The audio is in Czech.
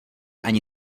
ani